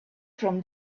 from